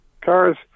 Cars